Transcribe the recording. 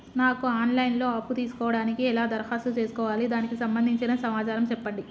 నాకు online లో అప్పు తీసుకోవడానికి ఎలా దరఖాస్తు చేసుకోవాలి దానికి సంబంధించిన సమాచారం చెప్పండి?